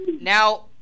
Now